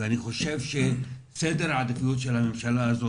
ואני חושב שסדר העדיפויות של הממשלה הזו